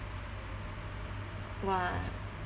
!wah!